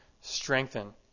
strengthen